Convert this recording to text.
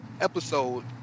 episode